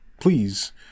Please